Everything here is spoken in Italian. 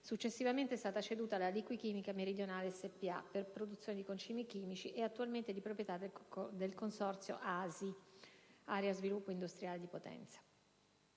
successivamente è stata ceduta alla Liquichimica Meridionale spa, per produzione di concimi chimici e attualmente è di proprietà del Consorzio ASI -Consorzio area sviluppo industriale di Potenza.